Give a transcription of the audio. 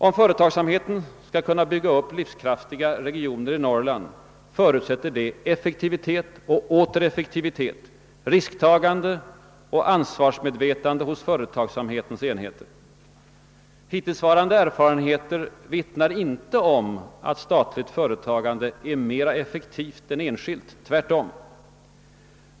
Om företagsamheten skall kunna bygga upp livskraftiga regioner i Norrland förutsätts effektivitet och åter effektivitet, risktagande och ansvarsmedvetande hos företagsamhetens enheter. Hittillsvarande erfarenheter vittnar inte om att statligt företagande är mera effektivt än enskilt, tvärtom.